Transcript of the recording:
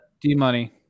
D-Money